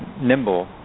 nimble